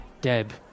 Deb